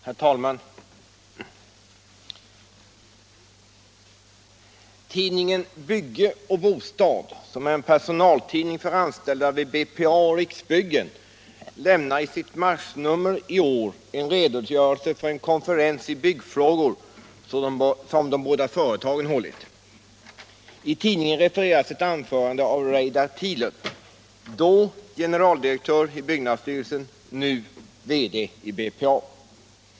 Herr talman! Tidningen ”Bygge och bostad”, som är en personaltidning för de anställda vid BPA och Riksbyggen, lämnar i sitt marsnummer i år en redogörelse för en konferens i byggfrågor som de båda företagen hållit. I tidningen refereras ett anförande av Reidar Tilert, då generaldirektör i byggnadsstyrelsen, nu VD i BPA.